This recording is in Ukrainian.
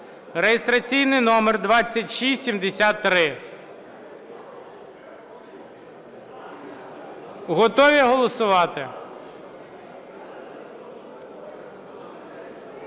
(реєстраційний номер 2673). Готові голосувати?